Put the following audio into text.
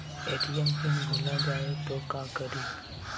ATM pin भुला जाए तो का करी?